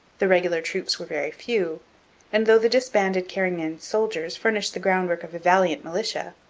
the regular troops were very few and, though the disbanded carignan soldiers furnished the groundwork of a valiant militia,